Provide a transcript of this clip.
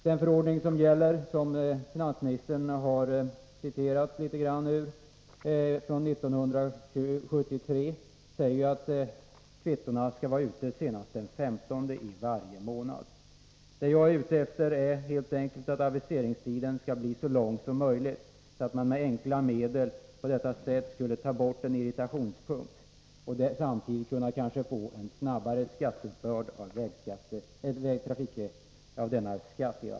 Den förordning från 1973 som gäller — och som finansministern har med en del av i svaret — säger att kvittona skall vara ute senast den 15 i varje månad. Vad jag är ute efter är helt enkelt att aviseringstiden skall bli så lång som möjligt, så att man på ett enkelt sätt finge bort ett irritationsmoment och samtidigt kanske kunde få en snabbare uppbörd av denna skatt.